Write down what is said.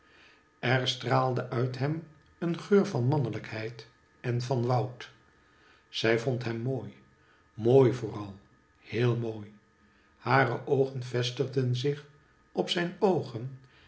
er straalde uit hem een geur van mannelijkheid en van woud zij vond hem mooi mooi vooral heel mooi hare oogen vestigden zich op zijn oogen